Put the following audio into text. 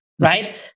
Right